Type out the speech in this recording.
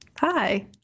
Hi